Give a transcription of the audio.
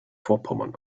vorpommern